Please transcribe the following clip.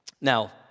Now